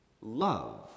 Love